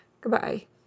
Goodbye